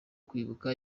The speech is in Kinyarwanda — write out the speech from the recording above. kwibuka